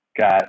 got